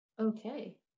Okay